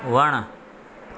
वणु